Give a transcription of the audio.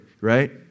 right